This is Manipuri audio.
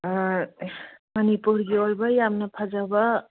ꯃꯅꯤꯄꯨꯔꯒꯤ ꯑꯣꯏꯕ ꯌꯥꯝꯅ ꯐꯖꯕ